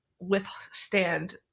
withstand